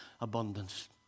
abundance